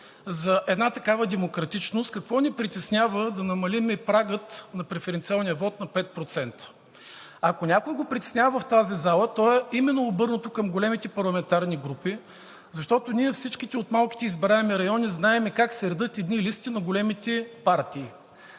за една такава демократичност, какво ни притеснява да намалим прага на префернциалния вот на 5%? Ако някой в тази зала го притеснява, то е именно обърнато към големите парламентарни групи, защото всички ние от малките избираеми райони знаем как се редят едни листи на големите партии.